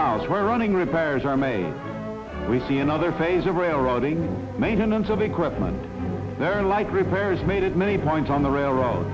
house where running repairs are made we see another phase of railroading maintenance of equipment there are like repairs made at many points on the railroad